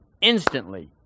instantly